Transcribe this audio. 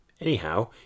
Anyhow